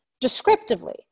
Descriptively